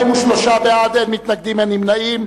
43 בעד, אין מתנגדים, אין נמנעים.